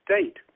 state